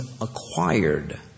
acquired